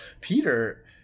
Peter